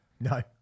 No